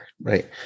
Right